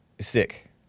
sick